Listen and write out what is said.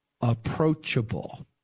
approachable